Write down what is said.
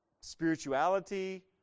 spirituality